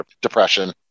depression